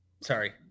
sorry